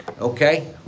Okay